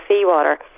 seawater